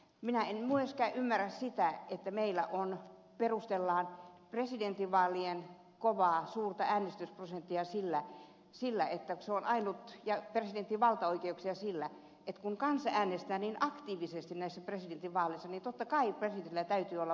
minä en myöskään ymmärrä sitä että meillä perustellaan presidentin valtaoikeuksia presidentinvaalien suurella äänestysprosentilla eli että xu on ainut ja presidentin valtaoikeuksia sillä et kun kansa äänestää niin aktiivisesti presidentinvaaleissa niin totta kai presidentillä täytyy olla valtaa